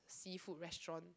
seafood restaurant